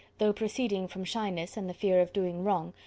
though proceeding from shyness and the fear of doing wrong,